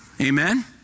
Amen